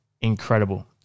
incredible